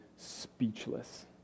speechless